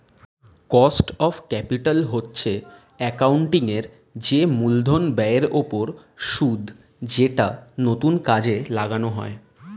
cost of capital হচ্ছে accounting এর যে মূলধন ব্যয়ের ওপর সুদ যেটা নতুন কাজে লাগানো হয়